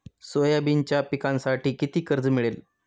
सोयाबीनच्या पिकांसाठी किती कर्ज मिळेल?